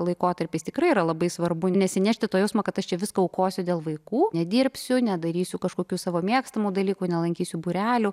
laikotarpiais tikrai yra labai svarbu nesinešti to jausmo kad aš čia viską aukosiu dėl vaikų nedirbsiu nedarysiu kažkokių savo mėgstamų dalykų nelankysiu būrelių